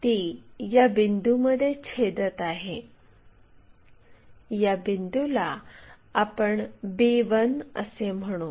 ती या बिंदूमध्ये छेदत आहे या बिंदूला आपण b 1 असे म्हणू